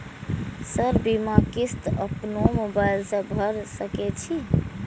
Sir बीमा किस्त अपनो मोबाईल से भर सके छी?